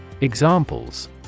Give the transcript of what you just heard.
Examples